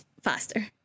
faster